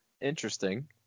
interesting